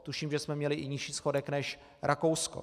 Tuším, že jsme měli i nižší schodek než Rakousko.